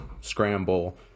scramble